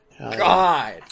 God